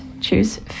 choose